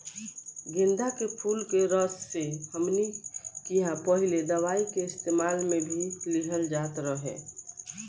गेन्दा के फुल के रस से हमनी किहां पहिले दवाई के इस्तेमाल मे भी लिहल जात रहे